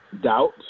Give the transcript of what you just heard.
doubt